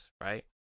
right